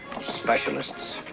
specialists